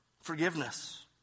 Forgiveness